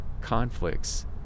conflicts